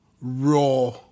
Raw